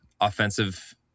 offensive